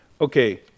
okay